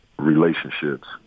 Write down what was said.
Relationships